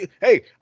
hey